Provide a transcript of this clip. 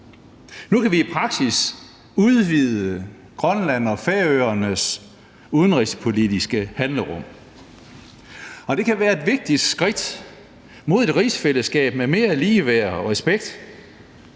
nu kan vi i praksis udvide Grønland og Færøernes udenrigspolitiske handlerum, og det kan være et vigtigt skridt mod et rigsfællesskab med mere ligeværd og respekt,